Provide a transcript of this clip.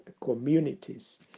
communities